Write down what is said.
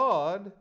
God